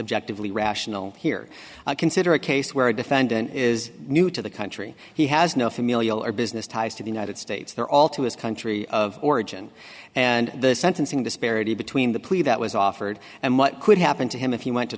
objectively rational here i consider a case where a defendant is new to the country he has no familial or business ties to the united states they're all to his country of origin and the sentencing disparity between the plea that was offered and what could happen to him if he went to